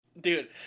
dude